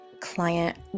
Client